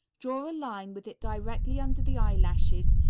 draw a line with it directly under the eyelashes,